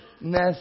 mess